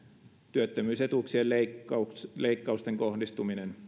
työttömyysetuuksien leikkausten kohdistuminen